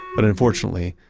but unfortunately,